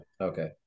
Okay